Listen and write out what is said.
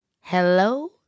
Hello